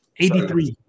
83